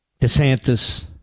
DeSantis